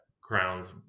crowns